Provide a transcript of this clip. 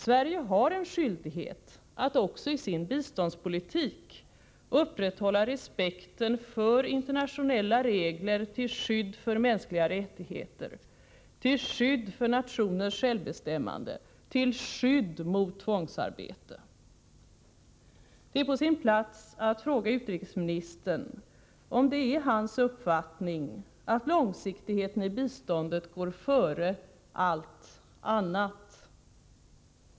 Sverige har en skyldighet att också i sin biståndspolitik upprätthålla respekten för internationella regler till skydd för mänskliga rättigheter, till skydd för nationers självbestämmande, till skydd mot tvångsarbete. Det är på sin plats att fråga utrikesministern om det är hans uppfattning att långsiktigheten i biståndet går före allt annat.